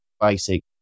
basic